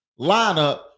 lineup